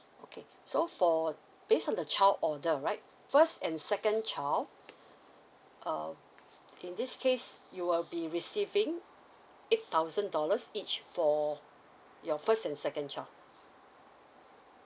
okay so for based on the child order right first and second child um in this case you will be receiving eight thousand dollars each for your first and second child